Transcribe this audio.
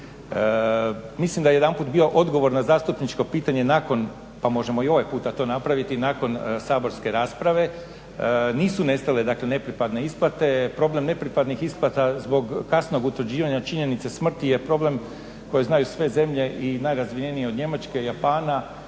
Mislim da je bio jedanput odgovor na zastupničko pitanje nakon pa možemo i to ovaj puta napraviti nakon saborske rasprave. Nisu nestale nepripadne isplate, problem nepripadnih isplata zbog kasnog utvrđivanja činjenice smrti je problem koji znaju sve zemlje i najrazvijenije od Njemačke, Japana